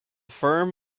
firm